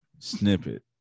Snippet